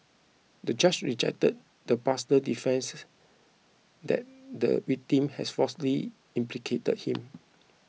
the judge rejected the pastor's defence that the victim has falsely implicated him